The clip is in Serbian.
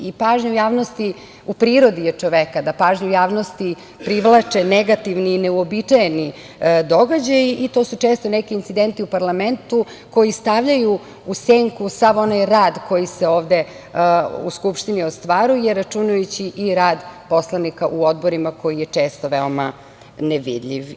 U prirodi je čoveka da pažnju javnosti privlače negativni i neuobičajeni događaji i to su često neki incidenti u parlamentu koji stavljaju u senku sav onaj rad koji se ovde u Skupštini ostvaruje, računajući i rad poslanika u odborima, koji je često veoma nevidljiv.